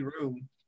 room